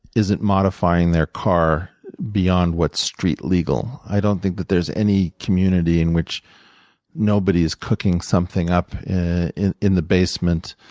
isn't modifying their car beyond what's street legal. i don't think that there's any community in which nobody is cooking something up in in the basement